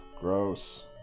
Gross